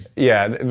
yeah,